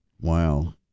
Wow